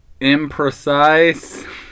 imprecise